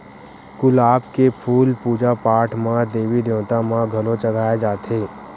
गुलाब के फूल पूजा पाठ म देवी देवता म घलो चघाए जाथे